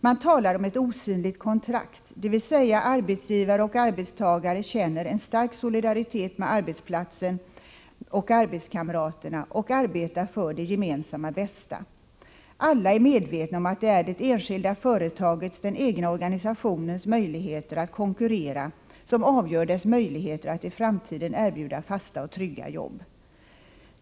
Man talar om ett osynligt kontrakt, dvs. att arbetsgivare och arbetstagare känner en stark solidaritet med arbetsplatsen och arbetskamraterna och arbetar för det gemensamma bästa. Alla är medvetna om att det är det enskilda företagets, den egna organisationens, möjligheter att konkurrera som avgör dess möjligheter att i framtiden erbjuda fasta och trygga jobb.